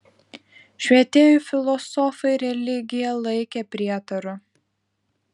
švietėjų filosofai religiją laikė prietaru